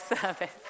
service